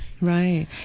right